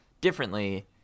differently